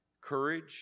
courage